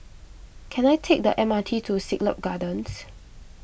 can I take the M R T to Siglap Gardens